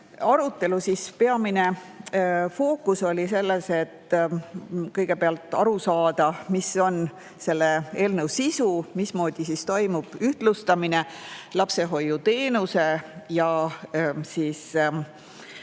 arutelu peamine fookus oli selles, et kõigepealt aru saada, mis on selle eelnõu sisu, mismoodi toimub ühtlustamine lapsehoiuteenuse ja